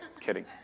Kidding